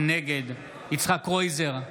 נגד יצחק קרויזר,